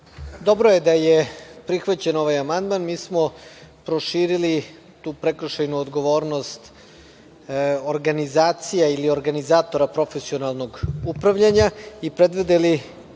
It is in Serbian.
Dobro je da je prihvaćen ovaj amandman. Mi smo proširili tu prekršajnu odgovornost organizacija ili organizatora profesionalnog upravljanja i predvideli